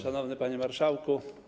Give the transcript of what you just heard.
Szanowny Panie Marszałku!